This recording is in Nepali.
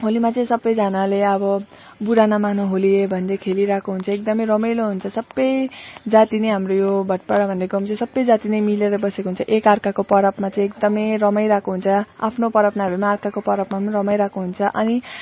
होलीमा चाहिँ सबैजानाले अब बुरा ना मानो होली है भन्दै खेलिरहेको हुन्छ एकदम रमाइलो हुन्छ सबै जाति नै हाम्रो यो भटपाडा भन्ने गाउँ चाहिँ सबै जाति नै मिलेर बसेको हुन्छ एक अर्का पर्वमा चाहिँ एकदम रमाइरहेको हुन्छ आफ्नो पर्व नभए पनि अर्काको पर्वमा रमाइरहेको हुन्छ अनि